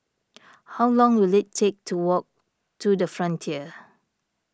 how long will it take to walk to the Frontier